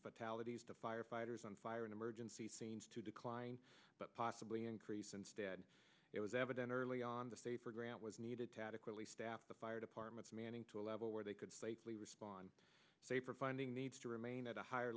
fatalities to fire biters on fire an emergency seems to decline but possibly increase instead it was evident early on the safer ground was needed to adequately staff the fire departments manning to a level where they could safely respond safer finding needs to remain at a higher